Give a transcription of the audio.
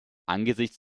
angesichts